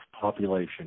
population